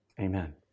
Amen